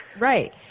Right